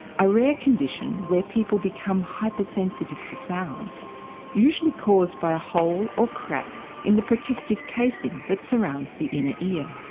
a rare condition where people become hyper sensitive to sound usually caused by a hole or crack in the protective casing that surrounds the inner ear.